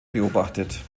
beobachtet